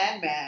man